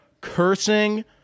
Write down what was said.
cursing